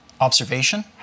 observation